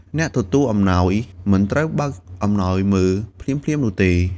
អ្នកទទួលអំណោយមិនត្រូវបើកអំណោយមើលភ្លាមៗនោះទេ។